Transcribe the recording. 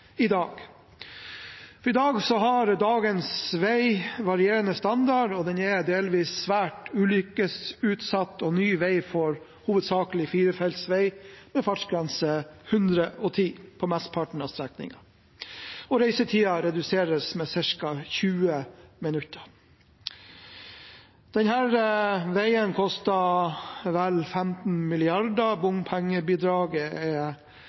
enn i dag. Dagens vei har varierende standard, og den er delvis svært ulykkesutsatt. Den nye veien får hovedsakelig firefelts vei med fartsgrense 110 km/t på mesteparten av strekningen. Reisetiden reduseres med ca. 20 minutter. Denne veien koster vel 15 mrd. kr. Bompengebidraget er